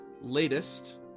latest